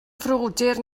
frodyr